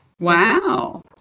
wow